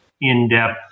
in-depth